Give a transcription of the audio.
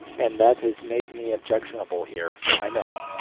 and that has made me objectionable here, i know.